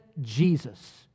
Jesus